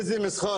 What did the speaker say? איזה מסחר?